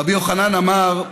רבי יוחנן אמר: